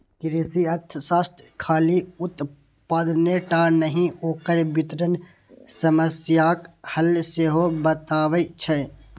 कृषि अर्थशास्त्र खाली उत्पादने टा नहि, ओकर वितरण समस्याक हल सेहो बतबै छै